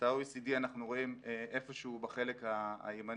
את ה-OECD אנחנו רואים איפשהו בחלק הימני,